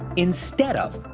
instead of,